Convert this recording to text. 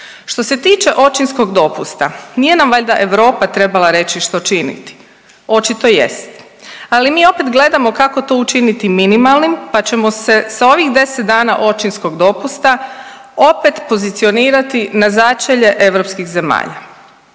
Što se tiče očinskog dopusta nije nam valjda Europa trebala reći što činiti, očito jest, ali mi opet gledamo kako to učiniti minimalnim, pa ćemo se sa ovih 10 dana očinskog dopusta opet pozicionirati na začelje europskih zemalja.